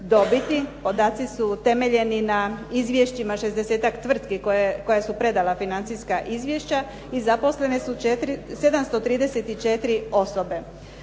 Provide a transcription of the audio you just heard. Podaci su temeljeni na izvješćima šezdesetak tvrtki koja su predala financijska izvješća i zaposlene su 734 osobe.